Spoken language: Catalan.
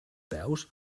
peus